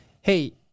Hey